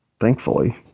thankfully